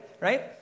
Right